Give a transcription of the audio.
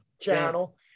channel